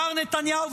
מר נתניהו,